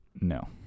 no